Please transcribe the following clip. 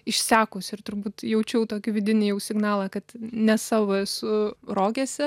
išsekusi ir turbūt jaučiau tokį vidinį jau signalą kad ne savo esu rogėse